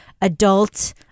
adult-